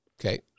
Okay